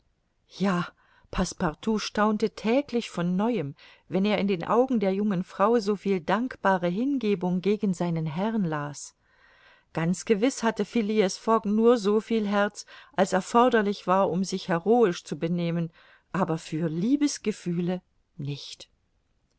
ja passepartout staunte täglich von neuem wenn er in den augen der jungen frau soviel dankbare hingebung gegen seinen herrn las ganz gewiß hatte phileas fogg nur so viel herz als erforderlich war um sich heroisch zu benehmen aber für liebesgefühle nicht